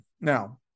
now